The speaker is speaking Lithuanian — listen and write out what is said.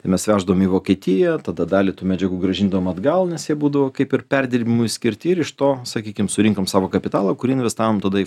tai mes veždavom į vokietiją tada dalį tų medžiagų grąžindavom atgal nes jie būdavo kaip ir perdirbimui skirti ir iš to sakykim surinkom savo kapitalą kurį investavom tada į